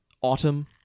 autumn